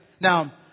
Now